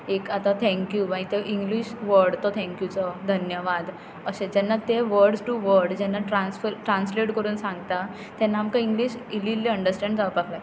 एक आतां थँक्यू माय तो इंग्लीश वड तो थँक्युचो धन्यवाद अशें जेन्ना ते वड्स टू वड जेन्ना ट्रस्फर ट्रास्लेट करून सांगता तेन्ना आमकां इंग्लीश इल्ली इल्ली अंडस्टॅण जावपाक लागता